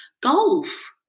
Golf